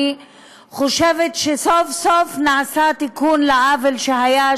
אני חושבת שסוף-סוף נעשה תיקון עוול שהיה,